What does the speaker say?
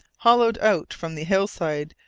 hollowed out from the hillside,